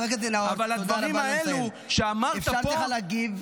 חבר הכנסת נאור, תודה רבה.